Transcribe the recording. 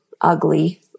ugly